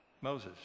moses